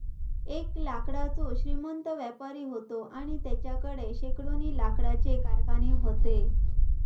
एक लाकडाचो श्रीमंत व्यापारी व्हतो आणि तेच्याकडे शेकडोनी लाकडाचे कारखाने व्हते